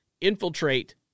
infiltrate